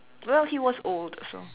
well he was old so